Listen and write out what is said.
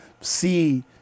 see